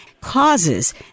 causes